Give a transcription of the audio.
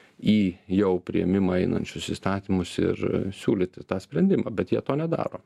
į jau priėmimą einančius įstatymus ir siūlyti tą sprendimą bet jie to nedaro